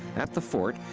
at the fort,